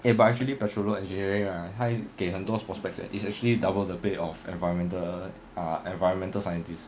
okay but actually petroleum engineering ah 它给很多 prospects and it's actually double the pay of environmental ah environmental scientists